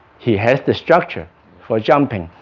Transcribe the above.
he has the structure for jumping